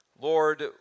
Lord